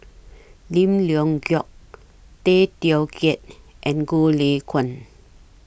Lim Leong Geok Tay Teow Kiat and Goh Lay Kuan